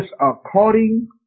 according